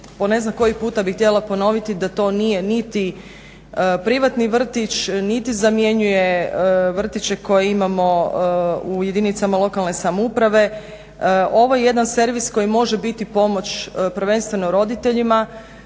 Po ne znam koji puta bih htjela ponoviti da to nije niti privatni vrtić niti zamjenjuje vrtiće koje imamo u jedinicama lokalne samouprave. ovo je jedan servis koji može biti pomoć prvenstveno roditeljima